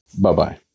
Bye-bye